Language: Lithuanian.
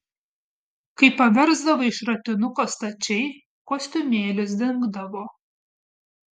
kai paversdavai šratinuką stačiai kostiumėlis dingdavo